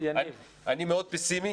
אני מאוד פסימי.